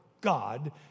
God